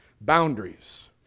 boundaries